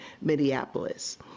Minneapolis